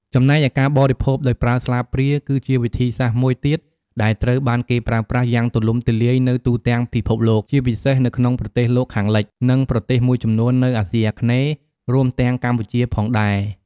ចំណែកឯការបរិភោគដោយប្រើស្លាបព្រាគឺជាវិធីសាស្ត្រមួយទៀតដែលត្រូវបានគេប្រើប្រាស់យ៉ាងទូលំទូលាយនៅទូទាំងពិភពលោក ជាពិសេសនៅក្នុងប្រទេសលោកខាងលិច និងប្រទេសមួយចំនួននៅអាស៊ីអាគ្នេយ៍ រួមទាំងកម្ពុជាផងដែរ។